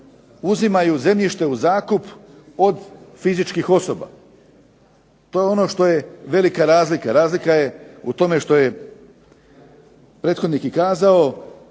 uzimaju zemljište u zakup od fizičkih osoba. To je ono što je velika razlika, razlika je u tome što je prethodnik i kazao